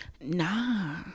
nah